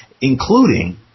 including